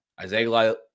Isaiah